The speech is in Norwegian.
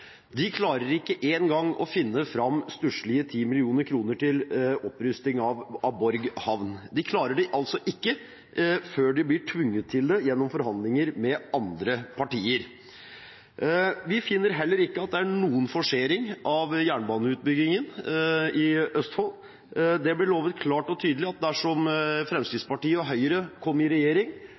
De klarer ikke engang å finne fram stusslige 10 mill. kr til opprustning av Borg havn. De klarer det altså ikke før de blir tvunget til det gjennom forhandlinger med andre partier. Vi finner heller ikke at det er noen forsering av jernbaneutbyggingen i Østfold. Det ble lovet klart og tydelig at dersom Fremskrittspartiet og Høyre kom i regjering,